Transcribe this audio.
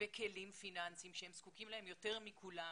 בכלים פיננסים שהם זקוקים להם יותר מכולם,